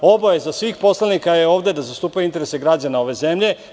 Obaveza svih poslanika ovde je da zastupaju interese građana ove zemlje.